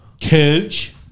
coach